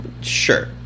sure